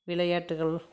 விளையாட்டுகள்